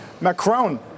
Macron